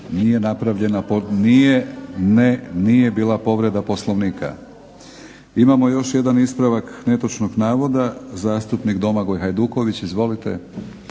nije bila povreda Poslovnika. Imamo još jedan ispravak netočnog navoda, zastupnik Domagoj Hajduković. Izvolite.